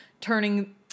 turning